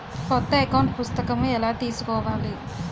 కొత్త అకౌంట్ పుస్తకము ఎలా తీసుకోవాలి?